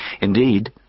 Indeed